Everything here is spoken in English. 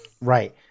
right